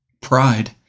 pride